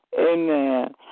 Amen